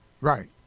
Right